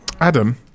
Adam